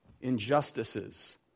injustices